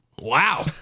wow